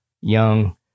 young